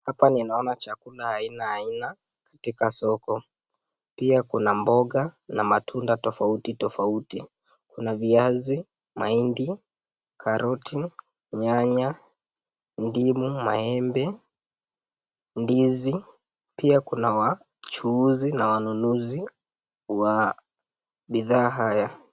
Hapa ninaona chukula aina aina katika soko pia Kuna mboga na matunda tafauti tafauti Kuna viazi , mahindi, karoti, nyanya, ndimu, maembe ndizi pia kuna wa juuzi na wanunuzi wa bidhaa haya.